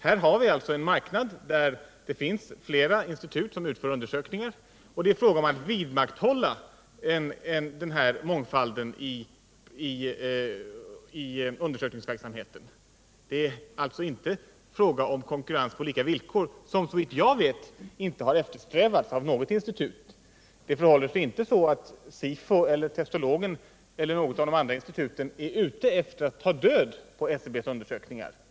Här har vi en marknad där det finns flera institut som utför undersökningar. Det är fråga om att vidmakthålla denna mångfald i undersökningsverksamheten. Det är alltså inte fråga om konkurrens på lika villkor, som såvitt jag vet inte har eftersträvats av något institut. Det förhåller sig inte så att SIFO eller Testologen eller något av de andra instituten är ute efter att ta död på SCB:s undersökningar.